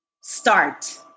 start